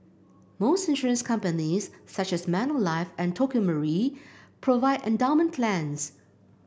most insurance companies such as Manulife and Tokio Marine provide endowment plans